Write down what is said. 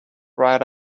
right